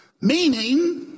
meaning